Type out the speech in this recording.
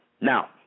Now